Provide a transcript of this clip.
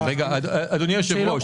אדוני היושב-ראש,